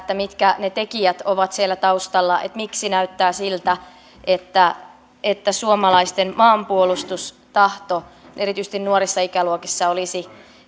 mitkä ne tekijät ovat siellä taustalla miksi näyttää siltä että että suomalaisten maanpuolustustahto erityisesti nuorissa ikäluokissa olisi